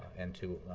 and to